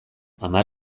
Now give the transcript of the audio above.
hamar